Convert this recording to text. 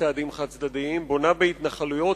צעדים חד-צדדיים: בונה בהתנחלויות,